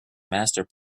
master